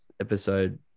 episode